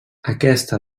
aquesta